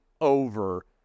over